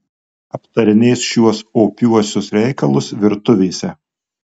aptarinės šiuos opiuosius reikalus virtuvėse